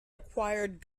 acquired